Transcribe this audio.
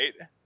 right